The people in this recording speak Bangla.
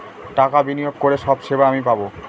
টাকা বিনিয়োগ করে সব সেবা আমি পাবো